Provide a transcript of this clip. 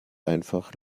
einfach